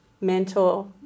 mentor